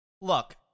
Look